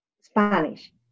Spanish